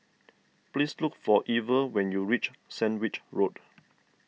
please look for Lver when you reach Sandwich Road